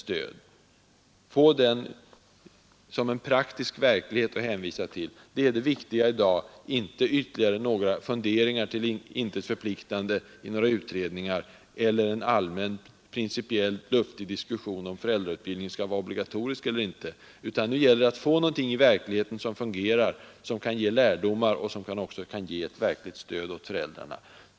Att få föräldrautbildning som en praktisk verklighet att hänvisa till är det viktiga i dag — inte ytterligare funderingar kring något till intet förpliktande i några utredningar, eller en allmän principiellt luftig diskussion om föräldrautbildningen skall vara obligatorisk eller inte. Det gäller att få någonting som fungerar och kan ge lärdomar och ett verkligt stöd åt föräldrarna.